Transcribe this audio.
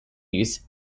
use